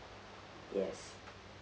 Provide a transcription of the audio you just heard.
yes